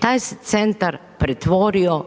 Taj se centar pretvorio